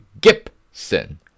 Gibson